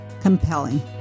compelling